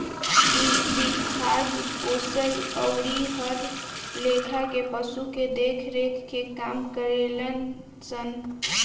इ विभाग पोसल अउरी हर लेखा के पशु के देख रेख के काम करेलन सन